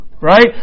right